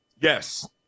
yes